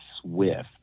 Swift